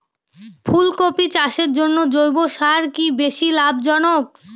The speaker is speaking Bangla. ফুলকপি চাষের জন্য জৈব সার কি বেশী লাভজনক?